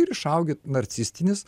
ir išaugi narcisistinis